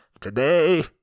today